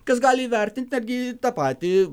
kas gali įvertint netgi tą patį